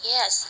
Yes